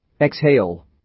Exhale